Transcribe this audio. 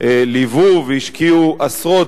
ליוו והשקיעו עשרות,